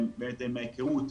בהתאם להיכרות,